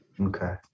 Okay